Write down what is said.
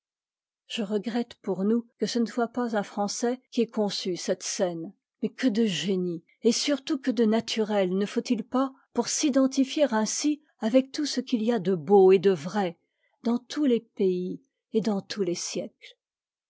je regrette pour nous que ce ne soit pas un français qui ait conçu cette scène mais que de génie et surtout que de naturel ne faut-il pas pour s'identifier ainsi avec tout ce qu'il y a de beau et de vrai dans tous les pays et dans tous les siècles